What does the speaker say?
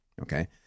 Okay